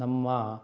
ನಮ್ಮ